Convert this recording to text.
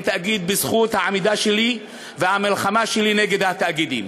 תאגיד בזכות העמידה שלי והמלחמה שלי נגד התאגידים.